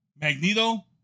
Magneto